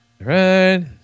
right